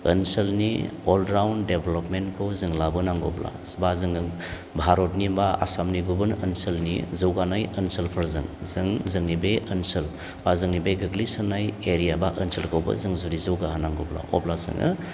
ओनसोलनि all round डेभेलपमेन्टखौ जों लाबो नांगौब्ला बा जोङो भरतनि बा आसामनि गुबुन ओनसोलनि जौगानाय ओनसोलफोरजों जों जोंनि बे ओनसोल बा जोंनि बे गोग्लैसोनाय एरिया बा ओनसोलखौबो जों जुदि जौगा होनांगौब्ला अब्ला जोङो